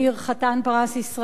חתן פרס ישראל,